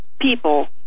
people